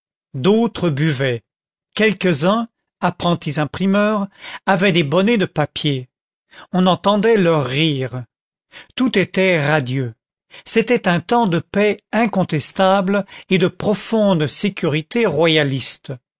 d'autres buvaient quelques-uns apprentis imprimeurs avaient des bonnets de papier on entendait leurs rires tout était radieux c'était un temps de paix incontestable et de profonde sécurité royaliste